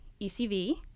ECV